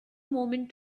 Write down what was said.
moment